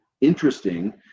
interesting